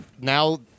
Now